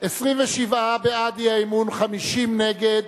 27 בעד האי-אמון, 50 נגד,